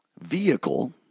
vehicle